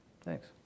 Thanks